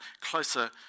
closer